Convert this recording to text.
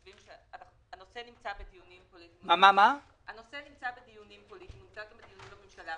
הנושא נמצא בדיונים פוליטיים והוא נמצא גם בדיונים בממשלה,